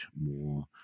more